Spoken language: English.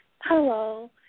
Hello